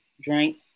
drink